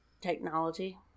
Technology